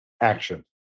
action